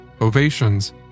Ovations